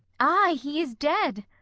ay! he is dead.